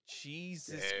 Jesus